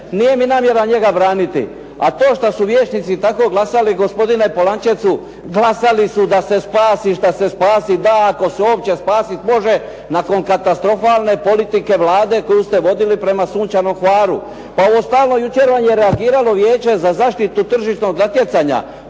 Nije mi namjera njega braniti. A to što su vijećnici tako glasali gospodine Polančecu, glasali su da se spasi što se spasiti da, ako se uopće spasiti može nakon katastrofalne politike Vlade koju ste vodili prema "Sunčanom Hvaru". Pa uostalom jučer vam je reagiralo Vijeće za zaštitu tržišnog natjecanja,